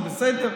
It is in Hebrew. זה בסדר.